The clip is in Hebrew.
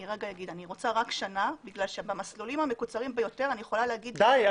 אני רוצה רק שנה כי במסלולים המקוצרים ביותר אני יכולה להגיד --- די.